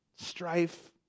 Strife